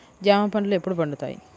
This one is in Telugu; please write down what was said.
జామ పండ్లు ఎప్పుడు పండుతాయి?